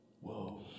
Whoa